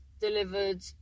delivered